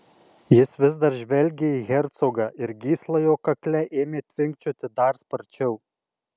jis vis dar žvelgė į hercogą ir gysla jo kakle ėmė tvinkčioti dar sparčiau